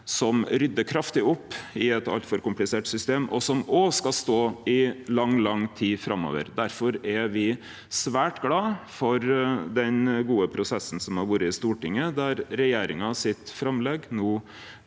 som ryddar kraftig opp i eit altfor komplisert system, og som òg skal stå seg i lang tid framover. Difor er me svært glade for den gode prosessen som har vore i Stortinget, der framlegget frå